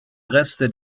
reste